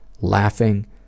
laughing